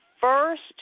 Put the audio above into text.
first